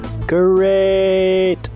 great